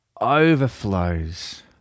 overflows